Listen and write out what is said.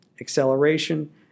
acceleration